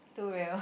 too real